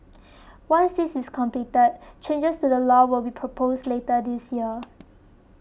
once this is completed changes to the law will be proposed later this year